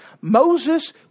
Moses